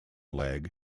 leg